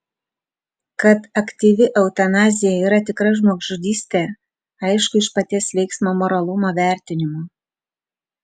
kad aktyvi eutanazija yra tikra žmogžudystė aišku iš paties veiksmo moralumo vertinimo